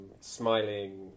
smiling